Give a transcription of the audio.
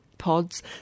pods